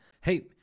hey